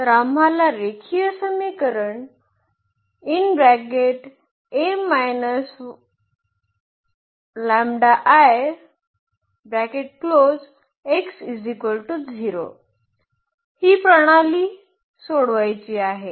तर आम्हाला रेखीय समीकरण ही प्रणाली सोडवायची आहे